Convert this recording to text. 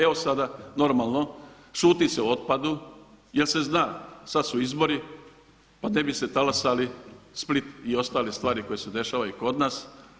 Evo sada normalno, šuti se o otpadu jel se zna, sada su izbori pa ne bi se talasali Split i ostale stvari koje se dešavaju i kod nas.